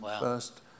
first